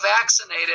vaccinated